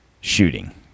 shooting